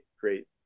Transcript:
great